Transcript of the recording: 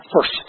first